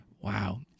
Wow